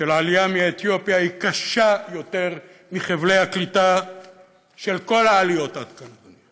של העלייה מאתיופיה קשים יותר מחבלי הקליטה של כל העליות עד כאן?